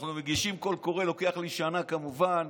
אנחנו מגישים קול קורא, לוקח לי שנה כמובן.